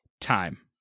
time